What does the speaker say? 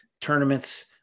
tournaments